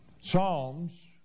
Psalms